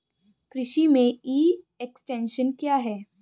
कृषि में e extension क्या है?